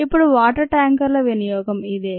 ఇప్పుడు వాటర్ ట్యాంకర్ల వినియోగం ఇదే